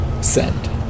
Send